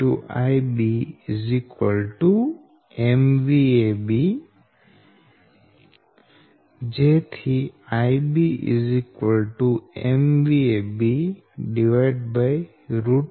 IB B IB B3 B